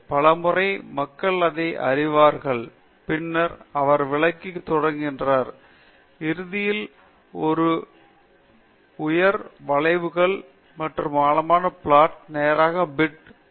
பல முறை மக்கள் அதை அறிவார்கள் பின்னர் அவர் விளக்கி தொடங்குகிறது இறுதியில் ஒரு உயர் பிட் வளைவுகள் மற்றும் ஒரு அழகான பிளாட் நேராக பிட் நோக்கி ஒரு மாறாக அழகாக அழகாக சாய்வு